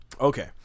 Okay